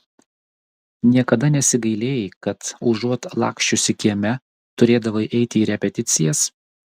niekada nesigailėjai kad užuot laksčiusi kieme turėdavai eiti į repeticijas